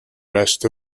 rest